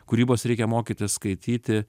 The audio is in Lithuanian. kūrybos reikia mokytis skaityti